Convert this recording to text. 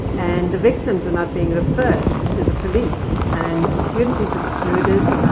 and the victims are not being referred to the police. and the student is excluded,